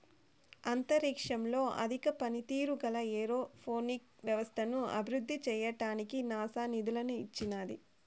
అంతరిక్షంలో అధిక పనితీరు గల ఏరోపోనిక్ వ్యవస్థను అభివృద్ధి చేయడానికి నాసా నిధులను ఇచ్చినాది